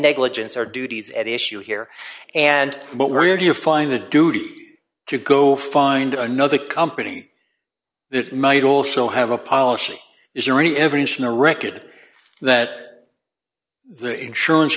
negligence are duties at issue here and what were you find the duty to go find another company that might also have a policy is there any evidence in the record that the insurance